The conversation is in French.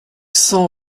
cent